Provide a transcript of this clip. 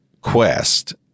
quest